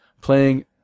playing